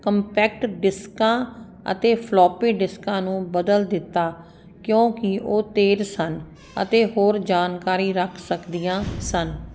compact ਡਿਸਕਾਂ ਅਤੇ floppy ਡਿਸਕਾਂ ਨੂੰ ਬਦਲ ਦਿੱਤਾ ਕਿਉਂਕਿ ਉਹ ਤੇਜ਼ ਸਨ ਅਤੇ ਹੋਰ ਜਾਣਕਾਰੀ ਰੱਖ ਸਕਦੀਆਂ ਸਨ